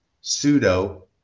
pseudo